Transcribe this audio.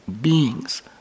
beings